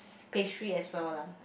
pastry as well lah